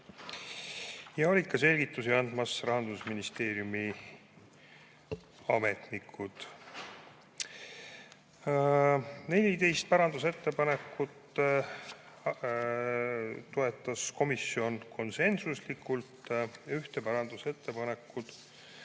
olid ka selgitusi andmas Rahandusministeeriumi ametnikud. 14 parandusettepanekut toetas komisjon konsensuslikult, ühte parandusettepanekut